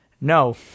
No